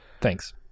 Thanks